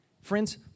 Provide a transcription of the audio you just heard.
Friends